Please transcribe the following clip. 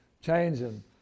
changing